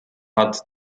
add